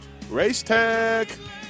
Racetech